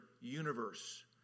universe